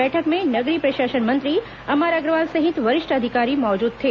बैठक में नगरीय प्रशासन मंत्री अमर अग्रवाल सहित वरिष्ठ अधिकारी मौजूद थे